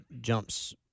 jumps